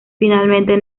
finalmente